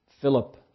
Philip